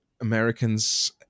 americans